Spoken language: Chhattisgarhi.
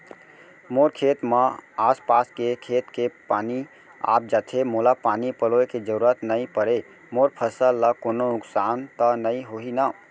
मोर खेत म आसपास के खेत के पानी आप जाथे, मोला पानी पलोय के जरूरत नई परे, मोर फसल ल कोनो नुकसान त नई होही न?